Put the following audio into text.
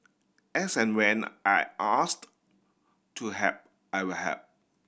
as and when I asked to help I'll help